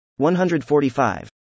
145